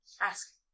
Ask